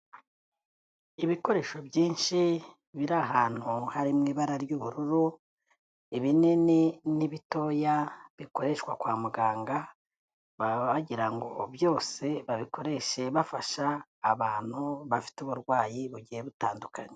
Ibikoresho byinshi biri ahantu harimo ibara ry'ubururu, ibinini n'ibitoya bikoreshwa kwa muganga bagira ngo byose babikoreshe bafasha abantu bafite uburwayi bugiye butandukanye.